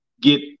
get